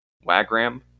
Wagram